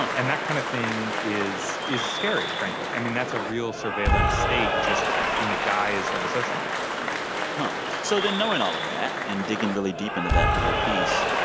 and that kind of thing is is scary frankly. i mean, that's a real surveillance state just in the guise of a social network but so then knowing all of that and digging really deep into that for your piece,